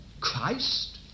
Christ